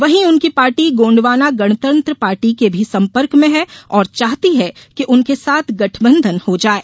वहीं उनकी party Gondwana Ganatantra party के भी संपर्क में है और चाहती है कि उनके साथ गठबंधन हो जाये